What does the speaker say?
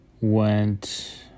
went